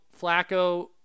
Flacco